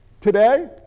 today